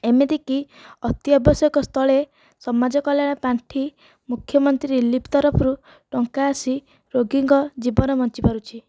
ଏମିତିକି ଅତି ଆବଶ୍ୟକ ସ୍ଥଳେ ସମାଜକଲ୍ୟାଣ ପାଣ୍ଠି ମୁଖ୍ୟମନ୍ତ୍ରୀ ରିଲିଫି ତରଫରୁ ଟଙ୍କା ଆସି ରୋଗୀଙ୍କ ଜୀବନ ବଞ୍ଚିପାରୁଛି